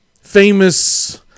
famous